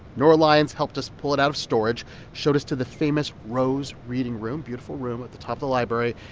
nora lyons helped us pull it out of storage showed us to the famous rose reading room, beautiful room at the top of the library.